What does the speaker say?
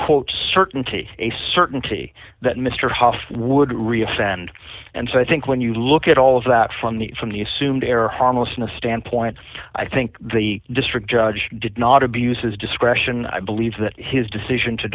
quote certainty a certainty that mr haas would reus and and so i think when you look at all of that from the from the assumed error harmlessness standpoint i think the district judge did not abuse his discretion i believe that his decision to